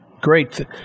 Great